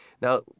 Now